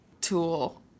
Tool